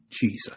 Jesus